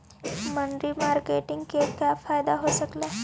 मनरी मारकेटिग से क्या फायदा हो सकेली?